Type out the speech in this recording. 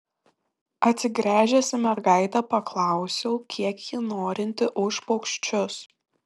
atsigręžęs į mergaitę paklausiau kiek ji norinti už paukščius